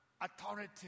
authority